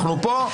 אנחנו פה.